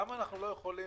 למה אנחנו לא יכולים